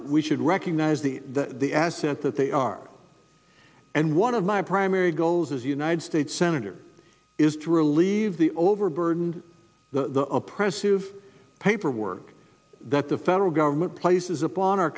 we should recognize the the assets that they are and one of my primary goals as united states senator is to relieve the overburdened the oppressive paperwork that the federal government places upon our